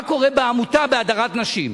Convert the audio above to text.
מה קורה בעמותה בהדרת נשים: